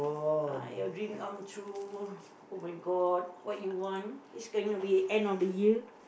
uh your dream come true oh-my-god what you want ah it's going to be end of the year